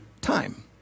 time